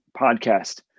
podcast